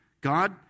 God